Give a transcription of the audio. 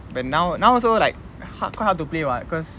but now now also like hard quite hard to play [what] cause